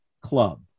club